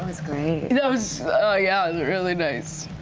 it was ah yeah really nice.